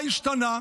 מה השתנה?